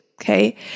Okay